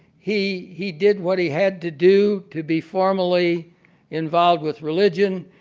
he he did what he had to do to be formally involved with religion.